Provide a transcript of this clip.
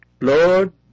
Lord